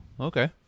okay